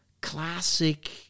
classic